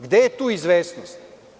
Gde je tu izvesnost?